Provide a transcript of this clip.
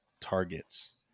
targets